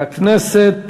חבר הכנסת